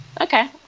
Okay